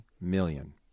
million